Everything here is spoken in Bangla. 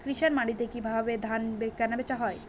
কৃষান মান্ডিতে কি ভাবে ধান কেনাবেচা হয়?